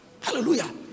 Hallelujah